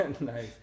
Nice